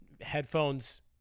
headphones